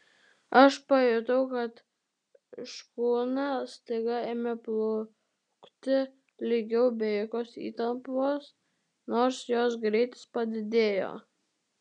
aš pajutau kad škuna staiga ėmė plaukti lygiau be jokios įtampos nors jos greitis padidėjo